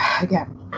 again